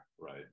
right